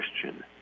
Christian